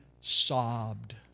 sobbed